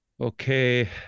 Okay